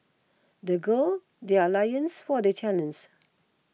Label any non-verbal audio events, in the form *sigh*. they girl their loins for the *unintelligible*